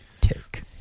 take